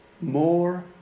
More